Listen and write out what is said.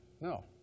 No